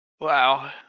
Wow